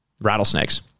rattlesnakes